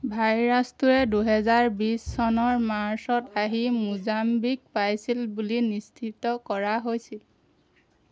ভাইৰাছটোৱে দুহেজাৰ বিছ চনৰ মাৰ্চত আহি মোজাম্বিক পাইছিল বুলি নিশ্চিত কৰা হৈছিল